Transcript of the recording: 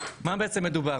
על מה בעצם מדובר?